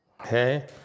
Okay